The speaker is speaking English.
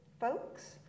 folks